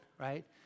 right